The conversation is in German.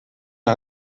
der